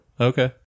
Okay